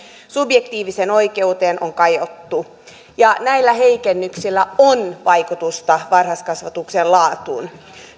subjektiiviseen oikeuteen on kajottu ja näillä heikennyksillä on vaikutusta varhaiskasvatuksen laatuun